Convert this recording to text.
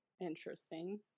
interesting